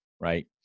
Right